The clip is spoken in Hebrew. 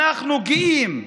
אנחנו גאים,